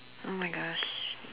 !oh-my-gosh!